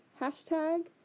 Hashtag